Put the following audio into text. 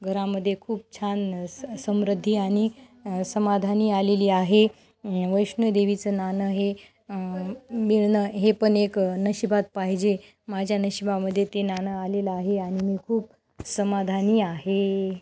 घरामध्ये खूप छान समृद्धी आणि समाधानी आलेली आहे वैष्णोदेवीचे नाणं हे मिळणं हे पण एक नशिबात पाहिजे माझ्या नशिबामध्ये ते नाणं आलेलं आहे आणि मी खूप समाधानी आहे